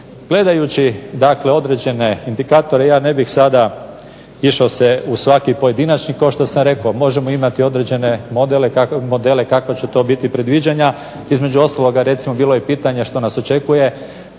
Gledajući dakle određene indikatore ja ne bih sada išao se u svaki pojedinačni kao što sam rekao možemo imati određene modele kakva će to biti predviđanja. Između ostaloga recimo bilo je i pitanje što nas očekuje.